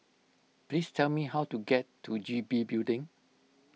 please tell me how to get to G B Building